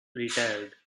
retired